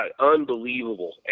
unbelievable